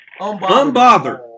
Unbothered